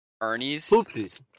Ernie's